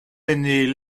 aîné